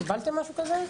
הוועדה, קיבלתם משהו כזה?